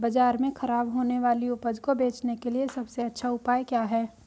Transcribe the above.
बाजार में खराब होने वाली उपज को बेचने के लिए सबसे अच्छा उपाय क्या है?